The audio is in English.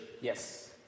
Yes